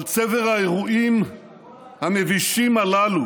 אבל צבר האירועים המבישים הללו